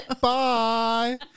Bye